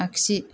आगसि